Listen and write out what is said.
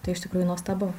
tai iš tikrųjų nuostabu